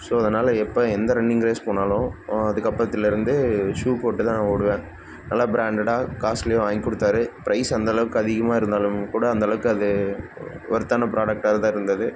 so அதனால் எப்போ எந்த ரன்னிங் ரேஸ் போனாலும் அதுக்கப்புறத்துலேருந்து ஷூ போட்டு தான் நான் ஓடுவேன் நல்லா ப்ராண்டட்டாக காஸ்ட்லியாக வாங்கி கொடுத்தாரு ப்ரைஸ் அந்தளவுக்கு அதிகமாக இருந்தாலும் கூட அந்தளவுக்கு அது ஒ ஒர்த்தான ப்ராடக்ட்டாக தான் இருந்தது